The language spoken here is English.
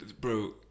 bro